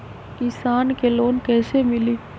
किसान के लोन कैसे मिली?